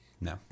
No